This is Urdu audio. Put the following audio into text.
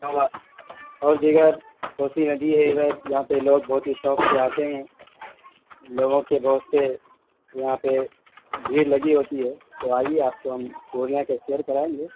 اور اور دیگر کوسی ندی ہے ادھر جہاں پہ لوگ بہت ہی شوق سے آتے ہیں لوگوں کے بہت سے یہاں پہ بھیڑ لگی ہوتی ہے تو آئیے آپ کو ہم پورنیہ کا سیر کرائیں گے